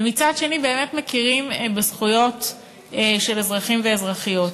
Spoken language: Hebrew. ומצד שני באמת מכירים בזכויות של אזרחים ואזרחיות.